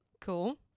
Cool